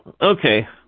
okay